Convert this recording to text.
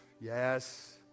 Yes